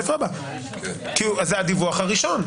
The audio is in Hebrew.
זה הדיווח הראשון.